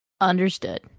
Understood